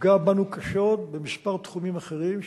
יפגע בנו קשות בכמה תחומים אחרים,